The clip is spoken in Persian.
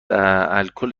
الکل